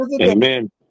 Amen